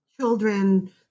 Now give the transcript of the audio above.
children